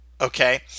okay